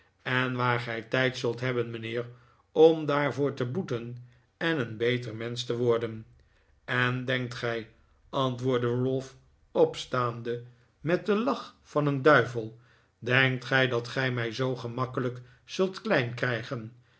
en waar gij tijd zult hebben mijnheer om daarvoor te boeten en een beter mensch te worden en denkt gij antwoordde ralph opstaand met den lach van een duivel denkt gij dat gij mij zoo gemakkelijk zult klein krijgen